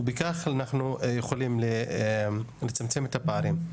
ובכך אנחנו יכולים לצמצם את הפערים.